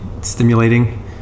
stimulating